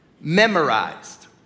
memorized